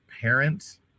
parent